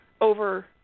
over